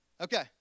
okay